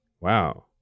Wow